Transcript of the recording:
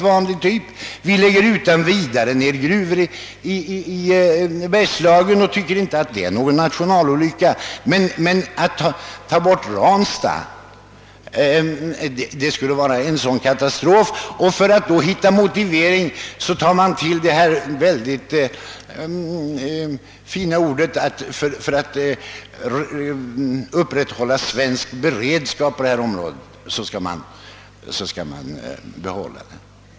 Vi lägger utan vidare ned gruvor i Bergslagen och tycker inte att det är någon nationell olycka, men att ta bort Ranstad skulle vara en katastrof! För att motivera sin ståndpunkt tar man till så fina ord att man säger att man för att upprätthålla svensk beredskap på detta område måste behålla Ranstad.